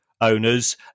owners